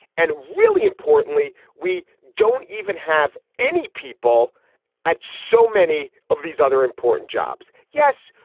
and really importantly, we don't even have any people at so many of these other important jobs. yes,